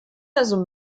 also